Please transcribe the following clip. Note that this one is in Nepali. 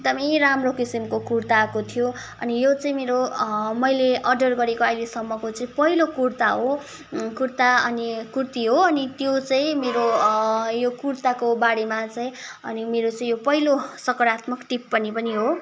एकदमै राम्रो किसिमको कुर्ता आएको थियो अनि यो चाहिँ मेरो मैले अर्डर गरेको आहिलेसम्मको चाहिँ पहिलो कुर्ता हो कुर्ता अनि कुर्ति हो अनि त्यो चाहिँ मेरो यो कुर्ताको बारेमा चाहिँ अनि मेरो चाहिँ यो पहिलो सकारात्मक टिप्पणी पनि हो